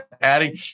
adding